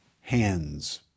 hands